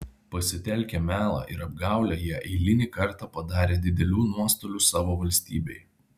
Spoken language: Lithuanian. pasitelkę melą ir apgaulę jie eilinį kartą padarė didelių nuostolių savo valstybei